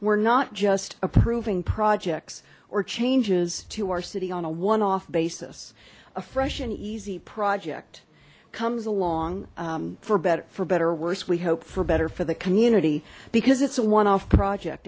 we're not just approving projects or changes to our city on a one off basis a fresh and easy project comes along for better for better or worse we hope for better for the community because it's a one off project